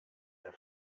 der